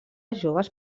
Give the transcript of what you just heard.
joves